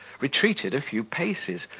retreated a few paces,